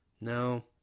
No